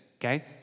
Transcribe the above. okay